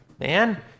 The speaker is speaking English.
man